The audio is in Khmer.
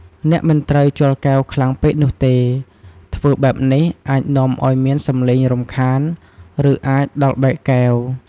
អ្នកមិនត្រូវជល់កែវខ្លាំងពេកនោះទេ ធ្វើបែបនេះអាចនាំអោយមានសំឡេងរំខានឬ អាចដល់បែកកែវ។